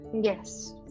Yes